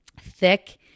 thick